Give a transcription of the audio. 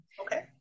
Okay